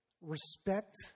respect